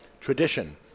tradition